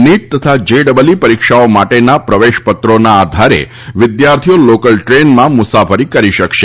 NEET તથા JEE પરીક્ષાઓ માટેના પ્રવેશપત્રોના આધારે વિદ્યાર્થીઓ લોકલ ટ્રેનમાં મુસાફરી કરી શકશે